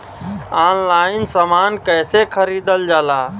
Online समान कैसे खरीदल जाला?